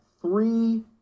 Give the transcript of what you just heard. three